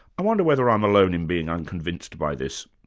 i wonder whether i'm alone in being unconvinced by this?